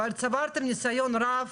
אבל צברתם ניסיון רב